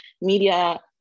media